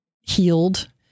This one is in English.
healed